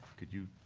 could you